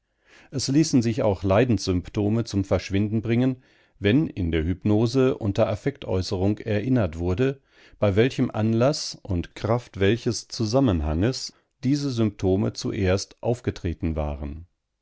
es ließen sich auch leidenssymptome zum verschwinden bringen wenn in der hypnose unter affektäußerung erinnert wurde bei welchem anlaß und kraft welches zusammenhanges diese symptome zuerst aufgetreten waren